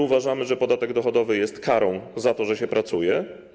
Uważamy, że podatek dochodowy jest karą za to, że się pracuje.